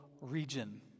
region